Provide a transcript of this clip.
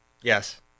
Yes